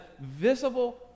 visible